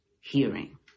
hearing